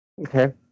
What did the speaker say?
Okay